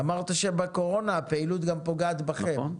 אמרת שבקורונה הפעילות גם פוגעת בכם.